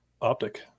Optic